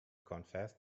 confessed